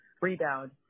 rebound